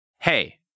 Hey